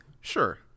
sure